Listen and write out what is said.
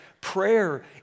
prayer